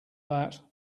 that